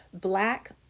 black